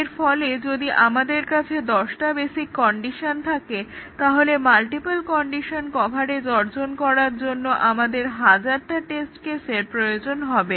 এরফলে যদি আমাদের কাছে দশটা বেসিক কন্ডিশন থাকে তাহলে মাল্টিপল কন্ডিশন কভারেজ অর্জন করার জন্য আমাদের হাজারটা টেস্ট কেসের প্রয়োজন হবে